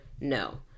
no